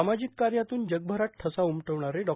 सामाजिक कार्यातून जगभरात ठसा उमटवणारे डॉ